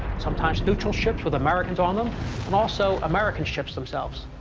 sometimes neutral ships with americans on them and also american ships themselves.